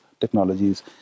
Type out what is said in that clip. technologies